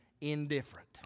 indifferent